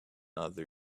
others